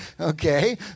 Okay